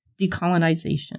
decolonization